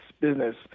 business